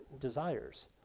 desires